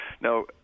Now